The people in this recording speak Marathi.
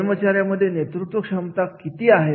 कर्मचाऱ्यांमध्ये नेतृत्व क्षमता किती आहेत